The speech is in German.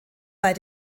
bei